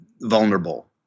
vulnerable